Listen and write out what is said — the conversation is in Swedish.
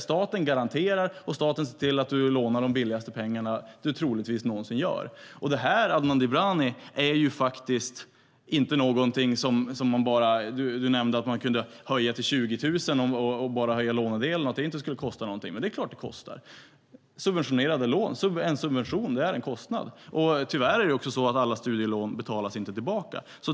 Staten garanterar och ser till att du får det billigaste lån du troligtvis någonsin får. Detta, Adnan Dibrani, är inte något som man kan höja hur som helst utan att det kostar något - du nämnde att man skulle kunna höja lånedelen till 20 000 utan att det skulle kosta något. Det är klart att det kostar! Det är subventionerade lån. En subvention är en kostnad. Tyvärr betalas inte heller alla studielån tillbaka.